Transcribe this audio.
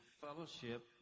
fellowship